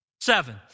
Seven